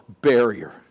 barrier